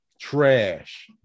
trash